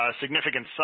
significant